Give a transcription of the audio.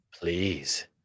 Please